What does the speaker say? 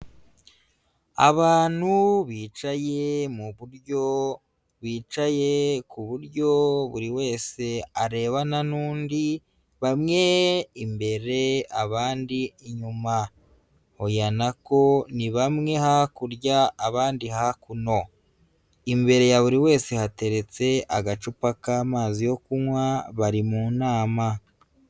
Abantu bicaye mu buryo wicaye ku buryo buri wese arebana n'undi, bamwe imbere abandi inyuma, oya nako ni bamwe hakurya abandi hakuno, imbere ya buri wese hateretse agacupa k'amazi yo kunywa bari mu nama.